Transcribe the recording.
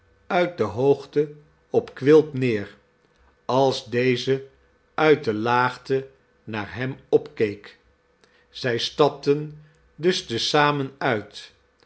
uit de hoogte op quilp neer als deze uit de laagte naar hem op keek zij stapten dus te zamen uit